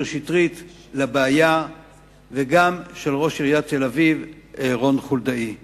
שטרית וגם של ראש עיריית תל-אביב רון חולדאי לבעיה.